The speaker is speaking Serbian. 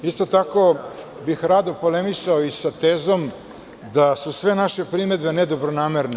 Isto tako bih rado polemisao i sa tezom da su sve naše primedbe nedobronamerne.